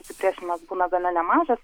susipriešinimas būna gana nemažas